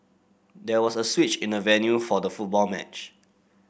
there was a switch in the venue for the football match